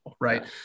right